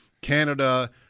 Canada